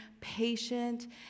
patient